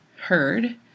heard